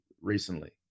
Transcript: recently